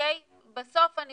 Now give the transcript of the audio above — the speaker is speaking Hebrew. בסוף אני